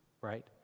Right